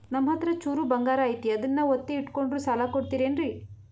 ನಮ್ಮಹತ್ರ ಚೂರು ಬಂಗಾರ ಐತಿ ಅದನ್ನ ಒತ್ತಿ ಇಟ್ಕೊಂಡು ಸಾಲ ಕೊಡ್ತಿರೇನ್ರಿ?